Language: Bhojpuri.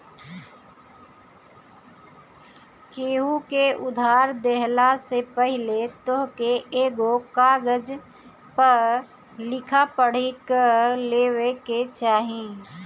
केहू के उधार देहला से पहिले तोहके एगो कागज पअ लिखा पढ़ी कअ लेवे के चाही